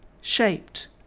shaped